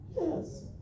Yes